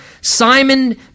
Simon